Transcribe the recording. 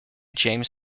james